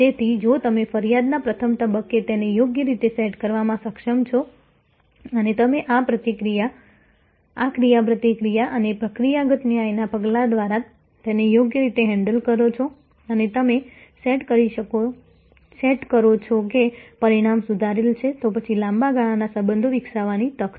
તેથી જો તમે ફરિયાદના પ્રથમ તબક્કે તેને યોગ્ય રીતે સેટ કરવામાં સક્ષમ છો અને તમે આ ક્રિયાપ્રતિક્રિયા અને પ્રક્રિયાગત ન્યાયના પગલાં દ્વારા તેને યોગ્ય રીતે હેન્ડલ કરો છો અને તમે સેટ કરો છો કે પરિણામ સુધારેલ છે તો પછી લાંબા ગાળાના સંબંધો વિકસાવવાની તક છે